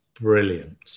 brilliant